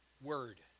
word